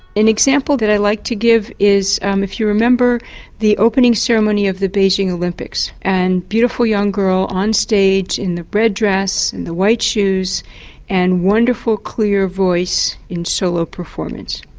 an example that i like to give is um if you remember the opening ceremony of the beijing olympics and a beautiful young girl on stage in the red dress and the white shoes and wonderful clear voice in solo performance.